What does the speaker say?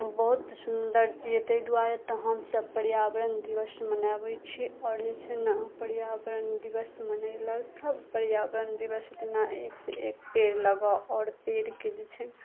बहुत सुन्दर दियै ताहि दुआरे तऽ हमसब पर्यावरण दिवस मनाबै छी आओर जे छै ने पर्यावरण दिवस मनेला सब पर्यावरण दिवस दिना एक से एक पेड़ लगाउ आओर पेड़के जे छै